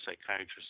psychiatrist